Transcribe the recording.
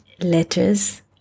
letters